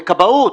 זה בכבאות,